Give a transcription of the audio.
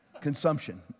consumption